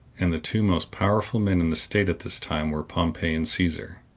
and the two most powerful men in the state at this time were pompey and caesar.